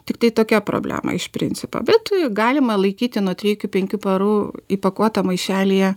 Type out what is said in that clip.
tiktai tokia problema iš principo bet galima laikyti nuo trijų iki penkių parų įpakuotą maišelyje